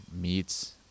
meats